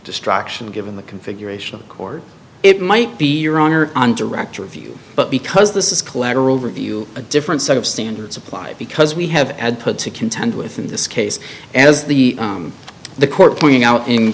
destruction given the configuration or it might be your honor on director view but because this is collateral review a different set of standards applied because we have had put to contend with in this case as the the court pointing out in